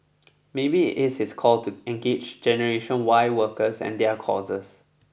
maybe it is his call to engage Generation Y workers and their causes